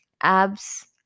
abs